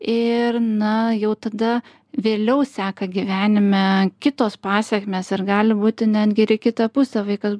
ir na jau tada vėliau seka gyvenime kitos pasekmės ir gali būti netgi ir į kitą pusę vaikas